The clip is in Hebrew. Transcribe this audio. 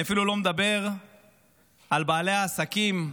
ואני אפילו לא מדבר על בעלי העסקים,